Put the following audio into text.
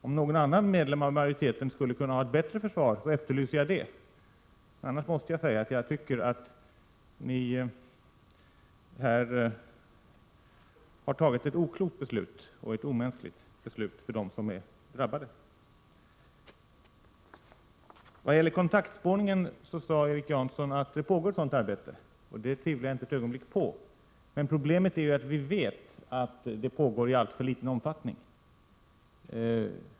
Om någon annan medlem av majoriteten skulle kunna ha ett bättre försvar så efterlyser jag det — annars måste jag säga att jag tycker att ni här har tagit ett oklokt beslut, och ett omänskligt beslut för dem som är drabbade. Vad gäller kontaktspårningen sade Erik Janson att ett sådant arbete pågår. Det tvivlar jag inte ett ögonblick på. Problemet är bara att vi ju vet att det pågår i alltför liten omfattning.